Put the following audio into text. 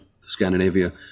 Scandinavia